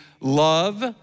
love